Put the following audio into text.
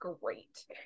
Great